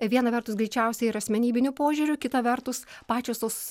viena vertus greičiausiai ir asmenybiniu požiūriu kita vertus pačios tos